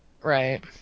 Right